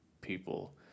people